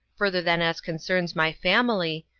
further than as concerns my family,